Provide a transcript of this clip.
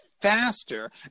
faster